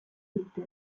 dute